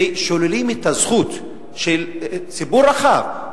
ושוללים את הזכות של ציבור רחב,